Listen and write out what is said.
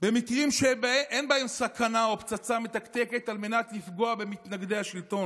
במקרים שאין בהם סכנה או פצצה מתקתקת על מנת לפגוע במתנגדי השלטון.